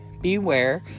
beware